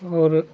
और